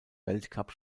weltcup